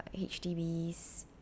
HDBs